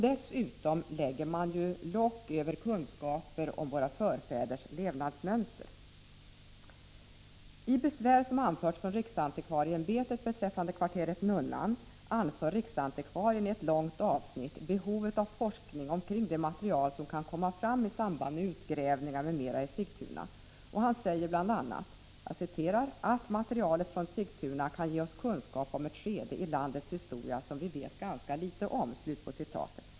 Dessutom lägger man ju lock över kunskaper om våra förfäders levnadsmönster. I besvär som anförts från riksantikvarieämbetet beträffande kvarteret Nunnan anför riksantikvarien i ett långt avsnitt behovet av forskning kring det material som kan komma fram i samband med utgrävningar m.m. i Sigtuna, och han säger bl.a. ”att materialet från Sigtuna kan ge oss kunskap om ett skede i landets historia som vi vet ganska litet om”.